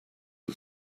are